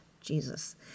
Jesus